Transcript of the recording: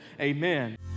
amen